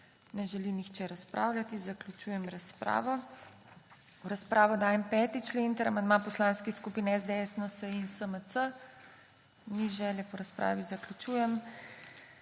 Ne želi nihče razpravljati, zaključujem razpravo. V razpravo dajem 5. člen ter amandma poslanskih skupin SDS, NSi in SMC. Ni želje po razpravi, zaključujem.